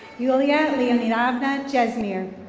julia lianaga jasmien.